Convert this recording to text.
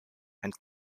and